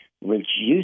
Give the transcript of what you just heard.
reduce